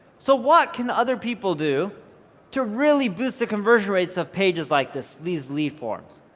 so what can other people do to really boost the conversion rates of pages like this, these lead forms?